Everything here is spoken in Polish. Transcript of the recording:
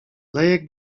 lejek